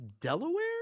Delaware